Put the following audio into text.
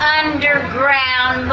underground